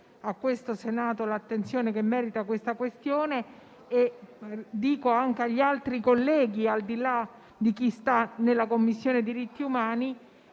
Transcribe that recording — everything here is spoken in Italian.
a questo Senato l'attenzione che la questione merita e dico anche agli altri colleghi, al di là di chi siede nella Commissione diritti umani,